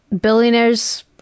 billionaires